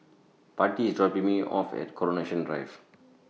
Patti IS dropping Me off At Coronation Drive